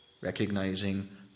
recognizing